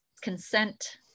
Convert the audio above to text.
consent